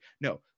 no